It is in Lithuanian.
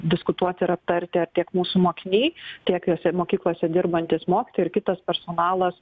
diskutuoti ir aptarti tiek mūsų mokiniai tiek jose mokyklose dirbantys mokytojai ir kitas personalas